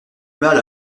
mal